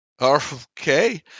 Okay